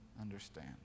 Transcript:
understand